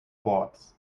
boards